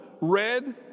red